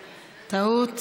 טעות.